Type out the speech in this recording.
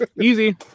Easy